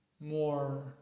more